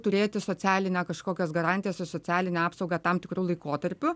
turėti socialinę kažkokias garantijas su socialinę apsaugą tam tikru laikotarpiu